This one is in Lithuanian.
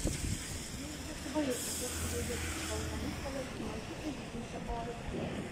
jau ir lietuvoje įprasta daugiabučių balkonus paversti mažyte žydinčia oaze